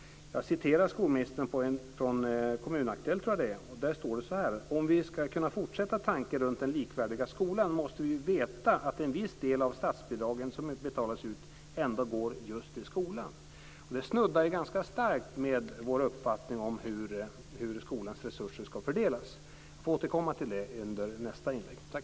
Jag återger vad skolministern har sagt i Kommun-Aktuellt: Om vi ska kunna fortsätta tanken runt den likvärdiga skolan, måste vi veta att en viss del av statsbidragen som betalas ut ändå går just till skolan. Detta snuddar ganska starkt vid vår uppfattning om hur skolans resurser ska fördelas. Jag får återkomma till det under nästa inlägg.